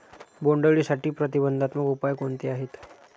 बोंडअळीसाठी प्रतिबंधात्मक उपाय कोणते आहेत?